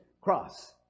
cross